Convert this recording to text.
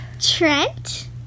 Trent